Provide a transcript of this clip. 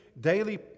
daily